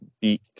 beat